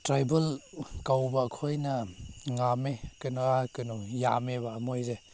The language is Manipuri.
ꯇ꯭ꯔꯥꯏꯕꯦꯜ ꯀꯧꯕ ꯑꯩꯈꯣꯏꯅ ꯀꯩꯅꯣ ꯀꯩꯅꯣ ꯌꯥꯝꯃꯦꯕ ꯃꯣꯏꯁꯦ